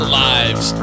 lives